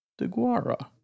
Deguara